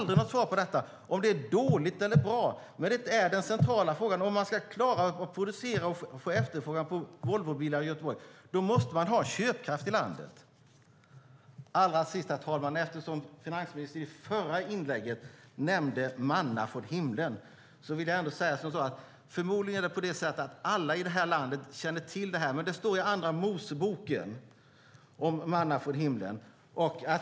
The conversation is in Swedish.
Är detta dåligt eller bra? Den centrala frågan om man ska klara att producera och få efterfrågan på Volvobilar i Göteborg är att man måste ha köpkraft i landet. Allra sist, herr talman: Eftersom finansministern i det förra inlägget nämnde manna från himlen vill jag säga något som förmodligen alla i det här landet känner till. Det står i Andra Moseboken om manna från himlen.